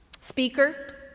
speaker